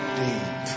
deep